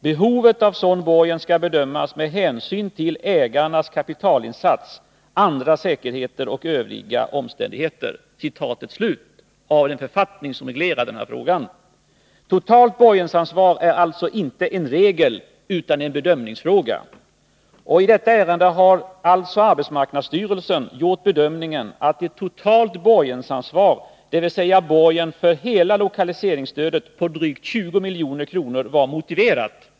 Behovet av en sådan borgen skall bedömas med hänsyn till ägarnas kapitalinsats, andra säkerheter och övriga omständigheter.” Totalborgen är alltså inte någon regel utan en bedömningsfråga. I detta ärende har arbetsmarknadsstyrelsen gjort bedömningen att totalt borgensansvar, dvs. borgen för hela lokaliseringsstödet på drygt 20 milj.kr., var motiverat.